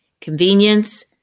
Convenience